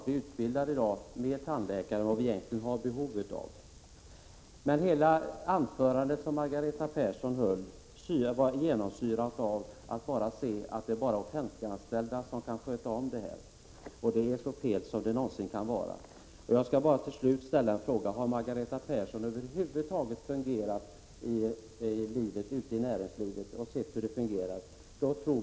Vi utbildar ju i dag fler tandläkare än vi egentligen har behov av. Men hela anförandet som Margareta Persson höll var genomsyrat av uppfattningen att endast offentliganställda kan sköta detta arbete. Det är så fel som det någonsin kan vara! Jag vill till slut ställa en fråga: Har Margareta Persson över huvud taget varit ute i näringslivet och sett hur det fungerar där?